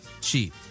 cheap